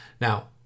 Now